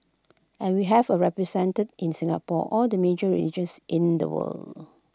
and we have A represented in Singapore all the major religions in the world